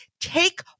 Take